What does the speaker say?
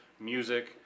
music